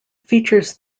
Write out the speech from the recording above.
features